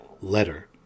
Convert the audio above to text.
Letter